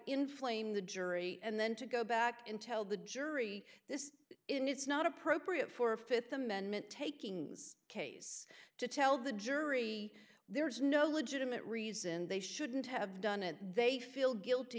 inflame the jury and then to go back and tell the jury this is it it's not appropriate for a th amendment taking this case to tell the jury there is no legitimate reason they shouldn't have done it they feel guilty